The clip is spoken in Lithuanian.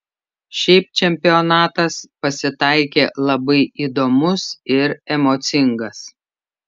šiaip čempionatas pasitaikė labai įdomus ir emocingas